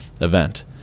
event